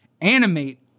animate